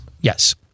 Yes